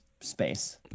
space